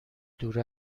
دور